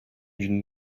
d’une